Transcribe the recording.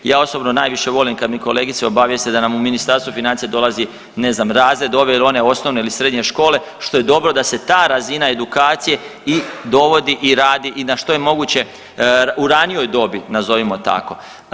Ja osobno najviše volim kad mi kolegice obavijeste da nam u Ministarstvo financija dolazi, ne znam, razred ove ili one osnovne ili srednje škole, što je dobro da se ta razina edukacije i dovodi i radi i na što je moguće u ranijoj dobi, nazovimo tako.